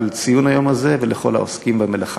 על ציון היום הזה לכל העוסקים במלאכה.